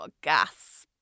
gas